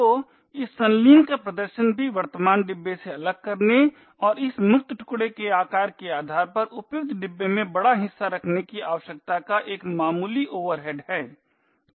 तो इस संलीन का प्रदर्शन भी वर्तमान डिब्बे से अलग करने और इस मुक्त टुकडे के आकार के आधार पर उपयुक्त डिब्बे में बड़ा हिस्सा रखने की आवश्यकता का एक मामूली ओवरहेड है